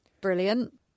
brilliant